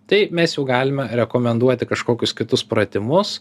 tai mes jau galime rekomenduoti kažkokius kitus pratimus